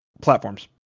platforms